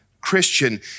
Christian